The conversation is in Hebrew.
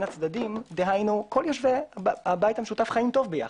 הצדדים דהיינו כל יושבי הבית המשותף חיים טוב ביחד.